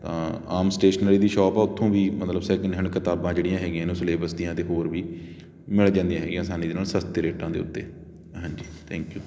ਆਮ stationery ਦੀ shop ਹੈ ਉਥੋਂ ਵੀ ਮਤਲਬ ਸੈਕਿੰਡ ਹੈਂਡ ਕਿਤਾਬਾਂ ਜਿਹੜੀਆਂ ਹੈਗੀਆਂ ਨੇ ਉਹ ਸਿਲੇਬਸ ਦੀਆਂ ਅਤੇ ਹੋਰ ਵੀ ਮਿਲ ਜਾਂਦੀਆਂ ਹੈਗੀਆਂ ਅਸਾਨੀ ਦੇ ਨਾਲ ਸਸਤੇ ਰੇਟਾਂ ਦੇ ਉੱਤੇ ਹਾਂਜੀ ਥੈਕ ਯੂ